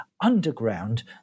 underground